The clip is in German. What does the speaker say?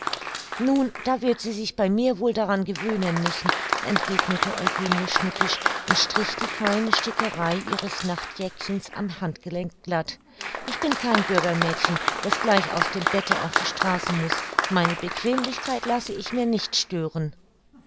nun da wird sie sich bei mir wohl daran gewöhnen müssen entgegnete eugenie schnippisch und strich die feine stickerei ihres nachtjäckchens am handgelenk glatt ich bin kein bürgermädchen das gleich aus dem bette auf die straße muß meine bequemlichkeit lasse ich mir nicht stören